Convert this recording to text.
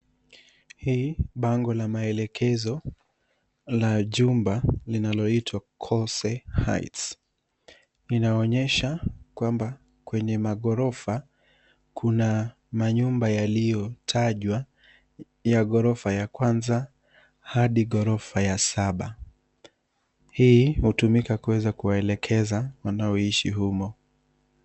Hii bango la maelekezo la jumba linaloitwa Kose Heights inaonyesha kwamba kwenye ghorofa kuna manyumba yaliyotajwa ya ghorofa ya kwanza hadi ghorofa ya saba. Hii inatumika kuwaelekeza wanaoishi humo.